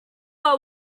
are